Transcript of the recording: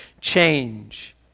change